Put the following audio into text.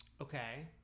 Okay